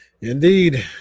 Indeed